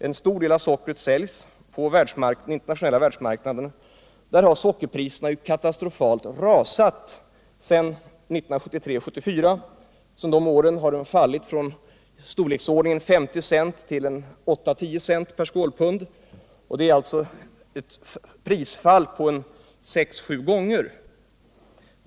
En stor del av sockret säljs på den internationella världsmarknaden, och där har sockerpriserna rasat katastrofalt sedan 1973-1974. Sedan dess har priserna fallit från i storleksordningen 50 cent till 8-10 cent per skålpund. Det är ett prisfall på sex sju gånger.